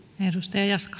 arvoisa